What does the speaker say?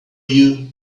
you